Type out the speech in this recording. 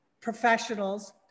professionals